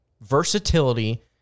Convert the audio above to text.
versatility